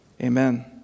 Amen